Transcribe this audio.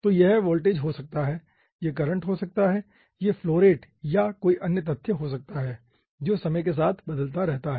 तो यह वोल्टेज हो सकता है यह करंट हो सकता है यह फ्लो रेट या कोई अन्य तथ्य हो सकता है जो समय के साथ बदलता रहता है